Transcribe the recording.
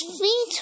feet